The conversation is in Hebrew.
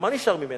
מה נשאר ממנה?